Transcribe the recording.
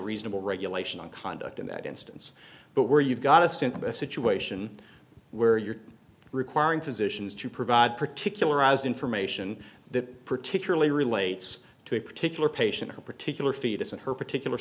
reasonable regulation on conduct in that instance but where you've got a simple situation where you're requiring physicians to provide particularized information that particularly relates to a particular patient or a particular fetus in her particular